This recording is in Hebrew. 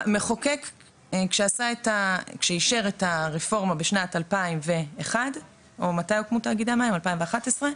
המחוקק כשאישר את הרפורמה בשנת 2001, או 2011,